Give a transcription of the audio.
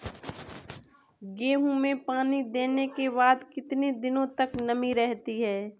गेहूँ में पानी देने के बाद कितने दिनो तक नमी रहती है?